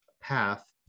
path